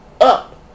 up